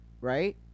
right